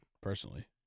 personally